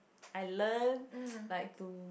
I learn like to